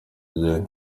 ajyayo